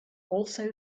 also